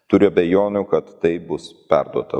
turiu abejonių kad tai bus perduota